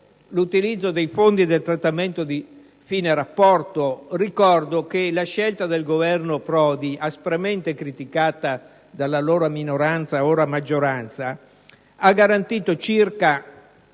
l'utilizzo dei fondi del trattamento di fine rapporto ricordo che la scelta del Governo Prodi, aspramente criticata dall'allora minoranza ora maggioranza, ha garantito circa